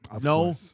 No